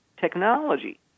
technology